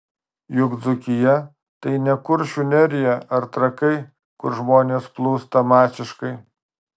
juk dzūkija tai ne kuršių nerija ar trakai kur žmonės plūsta masiškai